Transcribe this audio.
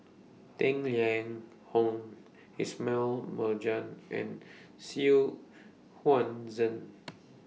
Tang Liang Hong Ismail Marjan and Xu Huan Zhen